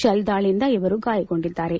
shell ದಾಳಿಯಿಂದ ಇವರು ಗಾಯಗೊಂಡಿದ್ದಾರೆ